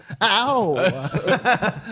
Ow